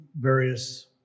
various